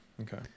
Okay